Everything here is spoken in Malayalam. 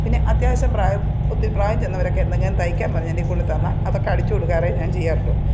പിന്നെ അത്യാവശ്യം പ്രായം ഒത്തിരി പ്രായം ചെന്നവരൊക്കെ എന്തെങ്കിലും തയ്ക്കാന് പറഞ്ഞ് എന്റെ കയ്യില് കൊണ്ടുത്തന്നാല് അതൊക്കെ അടിച്ചുകൊടുക്കാറേ ഞാൻ ചെയ്യാറുള്ളു